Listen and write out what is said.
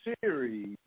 series